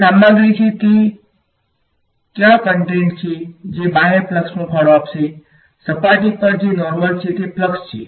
જે સામગ્રી છે તે ક્યા કંટેંટ છે જે બાહ્ય ફલ્ક્ષમાં ફાળો આપશે સપાટી પર જે નોર્મલ છે તે ફલ્ક્ષ છે